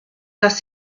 das